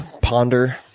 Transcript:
ponder